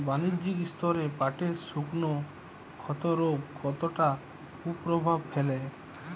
বাণিজ্যিক স্তরে পাটের শুকনো ক্ষতরোগ কতটা কুপ্রভাব ফেলে?